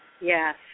yes